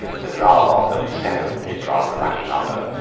so with our lot there will be seven, which is rather a lucky number.